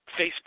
Facebook